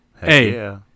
hey